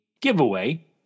giveaway